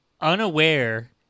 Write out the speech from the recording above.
Unaware